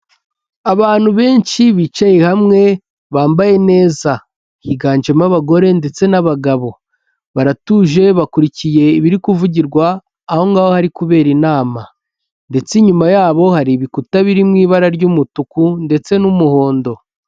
Abantu benshi bicaye hamwe bambaye neza, higanjemo abagore ndetse n'abagabo, baratuje bakurikiye ibiri kuvugirwa aho ngaho hari kubera inama, ndetse inyuma yabo hari ibikuta biri mu ibara ry'umutuku ndetse n'umuhondo.